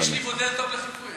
יש לי מודל טוב לחיקוי.